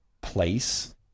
place